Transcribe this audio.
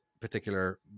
particular